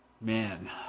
Man